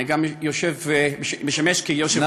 אני גם משמש יושב-ראש,